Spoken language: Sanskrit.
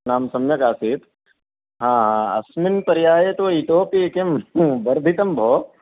नाम सम्यक् आसीत् अस्मिन् पर्याये तु इतोऽपि किं वर्धितं भोः